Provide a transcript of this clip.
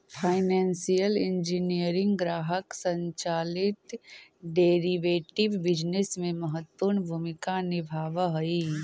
financial engineering ग्राहक संचालित derivative business में महत्वपूर्ण भूमिका निभावऽ हई